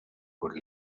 could